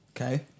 Okay